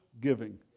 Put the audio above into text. giving